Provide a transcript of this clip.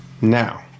Now